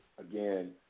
again